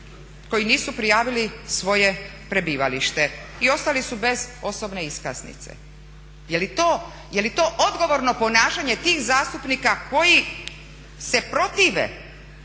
koji nisu prijavili svoje prebivalište i ostali su bez osobne iskaznice. Je li to odgovorno ponašanje tih zastupnika koji se protive